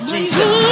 Jesus